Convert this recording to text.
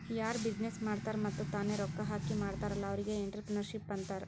ಯಾರು ಬಿಸಿನ್ನೆಸ್ ಮಾಡ್ತಾರ್ ಮತ್ತ ತಾನೇ ರೊಕ್ಕಾ ಹಾಕಿ ಮಾಡ್ತಾರ್ ಅಲ್ಲಾ ಅವ್ರಿಗ್ ಎಂಟ್ರರ್ಪ್ರಿನರ್ಶಿಪ್ ಅಂತಾರ್